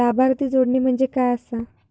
लाभार्थी जोडणे म्हणजे काय आसा?